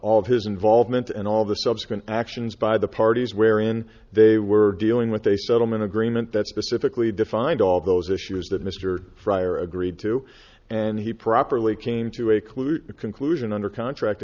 all of his involvement and all of the subsequent actions by the parties wherein they were dealing with a settlement agreement that specifically defined all those issues that mr fryer agreed to and he properly came to a clue conclusion under contract